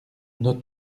nos